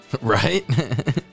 Right